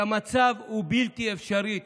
המצב הוא בלתי-אפשרי.